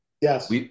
yes